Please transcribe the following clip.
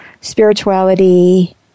Spirituality